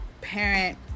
parent